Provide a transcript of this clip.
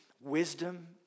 wisdom